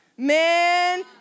Man